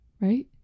right